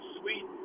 sweet